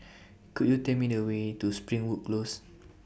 Could YOU Tell Me The Way to Springwood Close